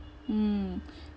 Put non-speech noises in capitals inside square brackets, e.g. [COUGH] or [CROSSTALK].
mm [BREATH]